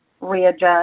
readjust